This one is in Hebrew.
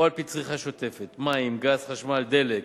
או על-פי צריכה שוטפת, מים, גז, חשמל, דלק,